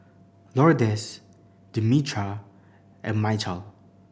Lourdes Demetra and Mychal